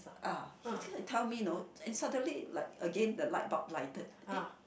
ah he did tell me know and suddenly like again the light bulb lighted